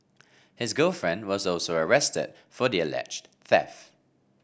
his girlfriend was also arrested for the alleged theft